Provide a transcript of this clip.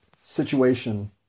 situation